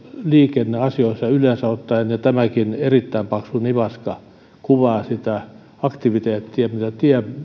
liikenneasioissa yleensä ottaen ja tämäkin erittäin paksu nivaska kuvaa sitä aktiviteettia mitä